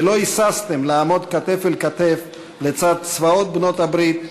ולא היססתם לעמוד כתף אל כתף לצד צבאות בעלות-הברית,